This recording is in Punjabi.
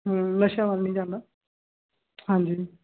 ਨਸ਼ਿਆਂ ਵੱਲ ਨਹੀਂ ਜਾਂਦਾ ਹਾਂਜੀ